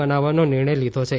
બનાવવાનો નિર્ણય લીધો છે